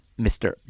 Mr